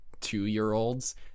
two-year-olds